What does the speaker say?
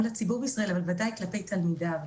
לציבור בישראל ובוודאי כלפי תלמידיו,